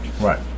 right